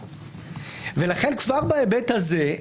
לכן, כבר בהיבט הזה,